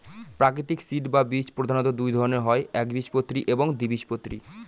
প্রাকৃতিক সিড বা বীজ প্রধানত দুই ধরনের হয় একবীজপত্রী এবং দ্বিবীজপত্রী